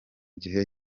gihe